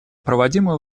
проводимую